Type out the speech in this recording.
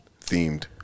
themed